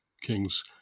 King's